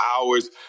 hours